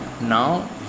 now